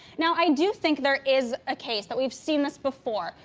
now, i do think there is a case that we've seen this before,